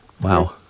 Wow